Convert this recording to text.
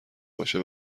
باشه